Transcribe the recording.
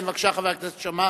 כן, בבקשה, חבר הכנסת שאמה.